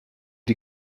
die